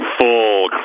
full